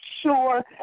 sure